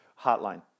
hotline